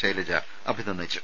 ശൈലജ അഭിനന്ദിച്ചു